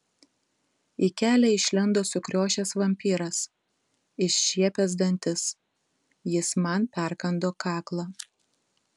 į kelią išlindo sukriošęs vampyras iššiepęs dantis jis man perkando kaklą